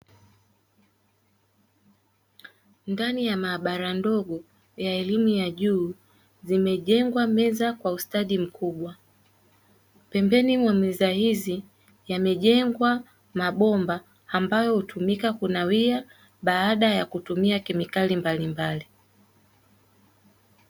Ndani ya mahabara ndogo ya elimu ya juu zimewekwa meza kwa ustadi mkubwa. Pembeni ya meza hizi yamejengwa mabomba ambayo hutukika kunawia baada ya kutumia kemikali mbalimbali.